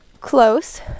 close